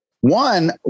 one